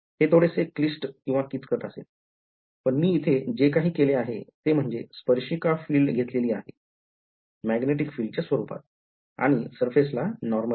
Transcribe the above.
हे थोडे से क्लिष्ट किंवा किचकट असेल पण मी इथे जे काही केले आहे ते म्हणजे स्पर्शिका फील्ड घेतलेली आहे मॅग्नेटिक फील्डच्या स्वरूपात आणि surface ला नॉर्मल आहे